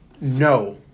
No